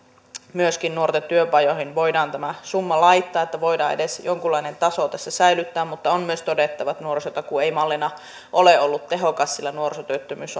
myöskin nuorten työpajoihin voidaan tämä summa laittaa että voidaan edes jonkunlainen taso tässä säilyttää mutta on myös todettava että nuorisotakuu ei mallina ole ollut tehokas sillä nuorisotyöttömyys